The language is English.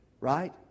Right